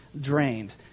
drained